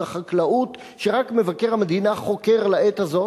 החקלאות שרק מבקר המדינה חוקר לעת הזאת,